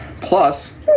Plus